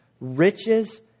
riches